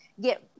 get